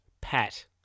Pat